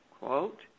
quote